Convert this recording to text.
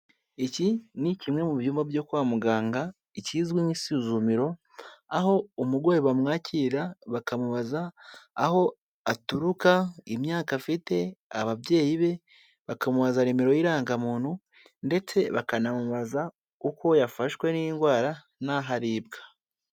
Iki ni kimwe mu byumba byo kwa muganga, ikizwi nk'isuzumiro. Aho umurwayi bamwakira bakamubaza aho aturuka, imyaka afite, ababyeyi be, bakamubaza nimero y'irangamuntu ndetse bakanamubaza uko yafashwe n'indwara n'aho aribwa.